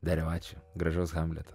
dariau ačiū gražaus hamleto